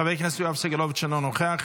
חבר הכנסת יואב סגלוביץ' אינו נוכח,